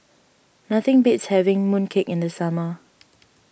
nothing beats having Mooncake in the summer